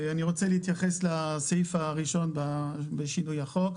אני רוצה להתייחס לסעיף הראשון בשינוי החוק,